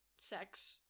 sex